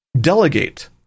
delegate